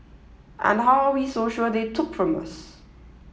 and how are we so sure they took from us